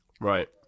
Right